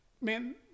man